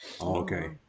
okay